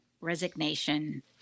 resignation